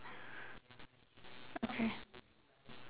okay